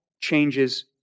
changes